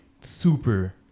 super